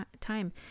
time